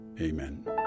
Amen